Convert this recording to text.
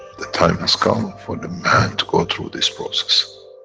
the time has come for the man to go through this process.